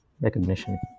recognition